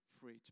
free